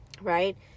right